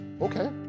okay